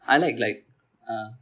I like like uh